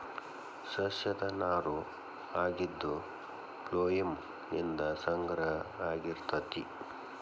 ಸಸ್ಯದ ನಾರು ಆಗಿದ್ದು ಪ್ಲೋಯಮ್ ನಿಂದ ಸಂಗ್ರಹ ಆಗಿರತತಿ